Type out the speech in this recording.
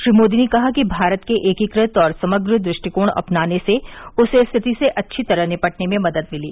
श्री मोदी ने कहा कि भारत के एकीकृत और समग्र दृष्टिकोण अपनाने से उसे स्थिति से अच्छी तरह निपटने में मदद मिली